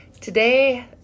today